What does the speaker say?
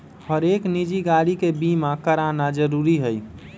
हरेक निजी गाड़ी के बीमा कराना जरूरी हई